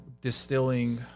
distilling